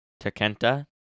Takenta